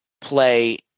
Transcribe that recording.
play